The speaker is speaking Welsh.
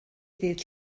dydd